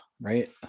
right